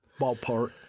Ballpark